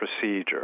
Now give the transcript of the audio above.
procedure